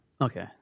Okay